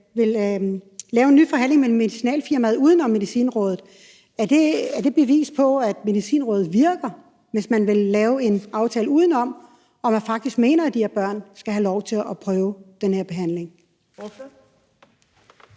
vil lave en ny forhandling med medicinalfirmaet uden om Medicinrådet. Er det bevis på, at Medicinrådet virker, hvis man vil lave en aftale udenom, og man faktisk mener, at de her børn skal have lov til at prøve den her behandling?